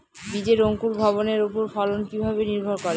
বীজের অঙ্কুর ভবনের ওপর ফলন কিভাবে নির্ভর করে?